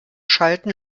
schalten